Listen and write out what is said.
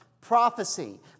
Prophecy